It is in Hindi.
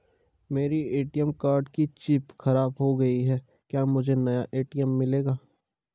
मेरे ए.टी.एम कार्ड की चिप खराब हो गयी है क्या मुझे नया ए.टी.एम मिलेगा?